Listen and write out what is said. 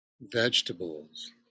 vegetables